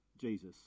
Jesus